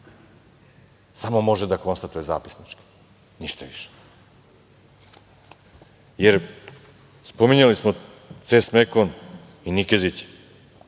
samo može da konstatuje zapisnički, ništa višem. Spominjali smo „CES Mekon“ i Nikezića.